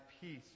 peace